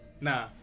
Nah